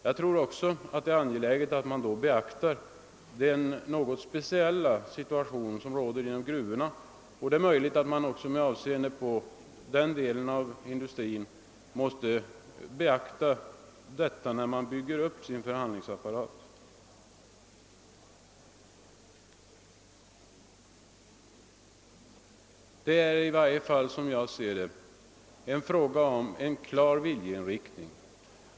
Jag tror att det är angeläget att därvid beakta den något speciella situation som råder inom gruvorna. Det är i varje fall, som jag ser det, en fråga om en klar viljeinriktning.